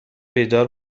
بیدار